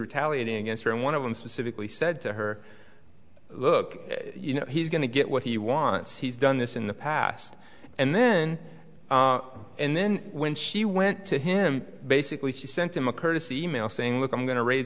retaliating against her and one of them specifically said to her look you know he's going to get what he wants he's done this in the past and then and then when she went to him basically she sent him a courtesy e mail saying look i'm going to raise